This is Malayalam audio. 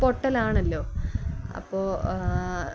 പൊട്ടലാണല്ലോ അപ്പോള്